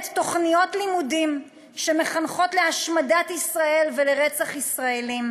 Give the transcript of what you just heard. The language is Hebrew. תוכניות לימודים שמחנכות להשמדת ישראל ולרצח ישראלים,